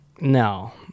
No